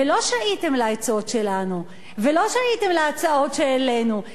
ולא שעיתם לעצות שלנו ולא שעיתם להצעות שהעלינו.